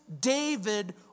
David